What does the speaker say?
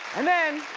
and then,